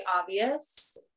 obvious